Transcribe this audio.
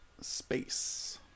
space